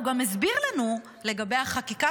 הוא גם הסביר לנו לגבי החקיקה,